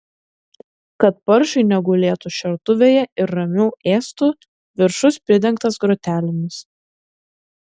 kad paršai negulėtų šertuvėje ir ramiau ėstų viršus pridengtas grotelėmis